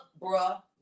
bruh